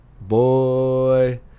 Boy